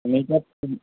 আমি এতিয়া